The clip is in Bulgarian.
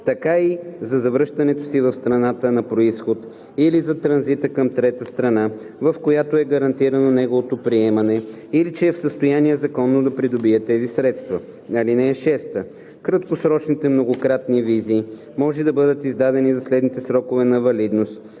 така и за завръщането си в страната на произход или за транзита към трета страна, в която е гарантирано неговото приемане, или че е в състояние законно да придобие тези средства. (6) Краткосрочните многократни визи може да бъдат издадени за следните срокове на валидност,